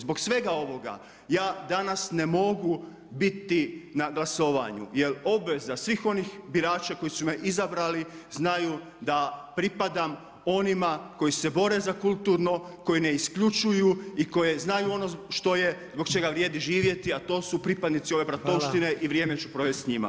Zbog svega ovoga ja danas ne mogu biti na glasovanju jer obveza svih onih birača koji su me izabrali znaju da pripadam onim koji se bore za kulturno, koji ne isključuju i koji znaju ono što je, zbog čega vrijedi živjeti a to su pripadnici ove bratovštine i vrijeme ću provesti s njima.